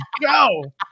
go